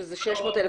שזה 600,000,